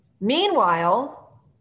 Meanwhile